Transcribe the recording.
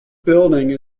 building